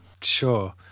Sure